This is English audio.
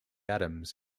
adams